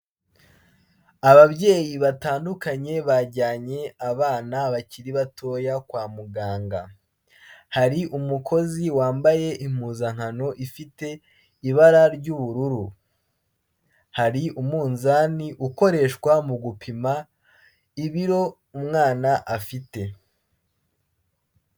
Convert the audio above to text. Ababyeyi batandukanye bajyanye abana bakiri batoya kwa muganga, hari umukozi wambaye impuzankano ifite ibara ry'ubururu, hari umunzani ukoreshwa mu gupima ibiro umwana afite.